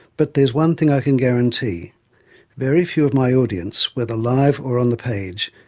but there's one thing i can guarantee very few of my audience, whether live or on the page,